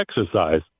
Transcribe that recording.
exercise